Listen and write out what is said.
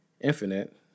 Infinite